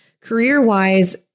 Career-wise